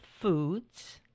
foods